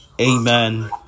amen